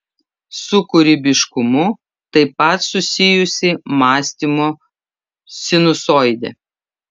su kūrybiškumu taip pat susijusi mąstymo sinusoidė